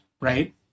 Right